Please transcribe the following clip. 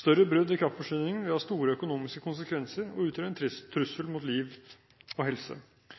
Større brudd i kraftforsyningen vil ha store økonomiske konsekvenser og utgjør en trussel mot liv og helse.